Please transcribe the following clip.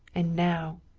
and now